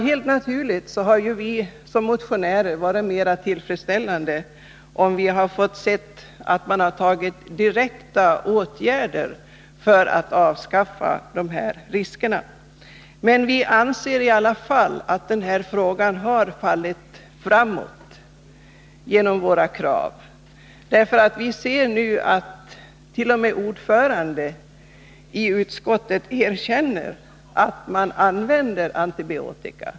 Helt naturligt hade vi som motionärer varit mer tillfredsställda om vi fått se att utskottet tillstyrkt direkta åtgärder för att få bort dessa risker. Men vi anser i alla fall att den här frågan har fallit framåt genom våra krav. Vi ser nu attt.o.m. utskottets ordförande erkänner att man använder antibiotika.